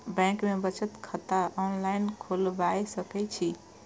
Bank में बचत खाता ऑनलाईन खोलबाए सके छी?